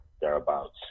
thereabouts